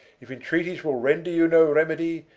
if intreaties will render you no remedy,